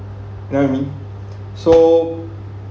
you know what I mean so